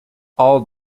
all